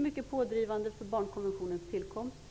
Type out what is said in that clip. mycket pådrivande vid barnkonventionens tillkomst.